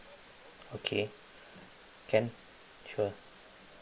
okay can sure